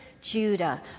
Judah